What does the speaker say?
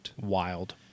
Wild